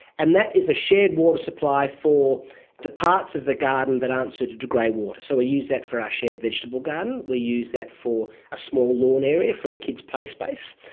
and that is a shared water supply for the parts of the garden that aren't suited to greywater. so we use that for our shared vegetable garden, we use that for a small lawn area for a kids play space,